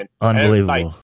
Unbelievable